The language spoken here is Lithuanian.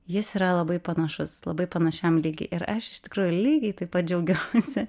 jis yra labai panašus labai panašiam lygy ir aš iš tikrųjų lygiai taip pat džiaugiuosi